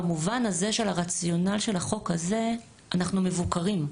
במובן הזה של הרציונל של החוק הזה אנחנו מבוקרים.